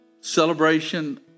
celebration